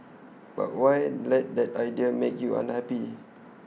but why let that idea make you unhappy